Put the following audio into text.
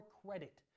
credit